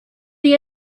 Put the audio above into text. the